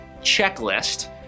checklist